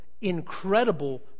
incredible